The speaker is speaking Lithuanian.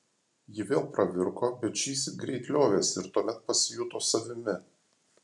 ji vėl pravirko bet šįsyk greit liovėsi ir tuomet pasijuto savimi